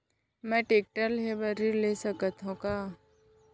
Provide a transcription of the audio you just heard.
मैं टेकटर लेहे बर ऋण ले सकत हो का?